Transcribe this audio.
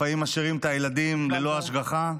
לפעמים משאירים את הילדים ללא השגחה.